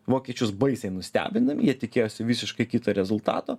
vokiečius baisiai nustebina jie tikėjosi visiškai kito rezultato